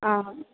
ആ ഹാ